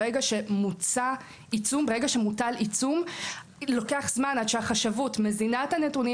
כאשר מוטל עיצום לוקח זמן עד שהחשבות מזינה את הנתונים